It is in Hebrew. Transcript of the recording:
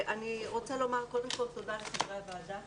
אני רוצה לומר קודם כל תודה לחברי הוועדה